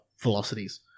velocities